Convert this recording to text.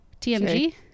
tmg